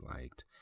liked